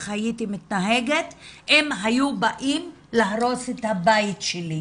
הייתי מתנהגת אם היו באים להורס את הבית שלי'.